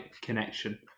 connection